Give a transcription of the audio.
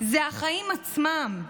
זה החיים עצמם.